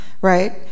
right